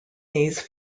these